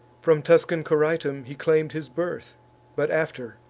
from tuscan coritum he claim'd his birth but after,